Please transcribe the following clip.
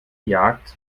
jagd